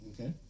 Okay